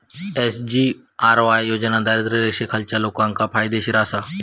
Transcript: SGRY योजना दारिद्र्य रेषेखालच्या लोकांका फायदेशीर आसा